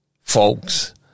folks